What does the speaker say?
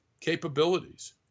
capabilities